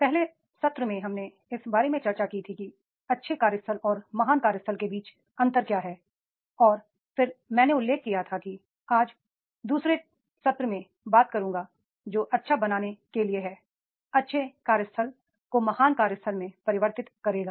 पहले सत्र में हमने इस बारे में चर्चा की है कि अच्छे कार्यस्थल और महान कार्यस्थल के बीच अंतर क्या है और फिर मैंने उल्लेख किया कि मैं आज दू सरे सत्र में बात करूंगा जो अच्छा बनाने के लिए है अच्छे कार्यस्थल को महान कार्यस्थल में परिव र्तित करेगा